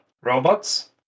robots